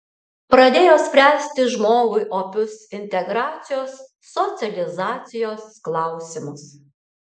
pradėjo spręsti žmogui opius integracijos socializacijos klausimus